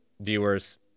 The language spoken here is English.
viewers